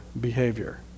behavior